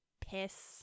piss